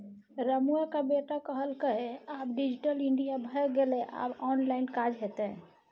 रमुआक बेटा कहलकै आब डिजिटल इंडिया भए गेलै आब ऑनलाइन काज हेतै